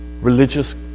religious